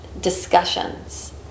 discussions